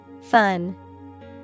Fun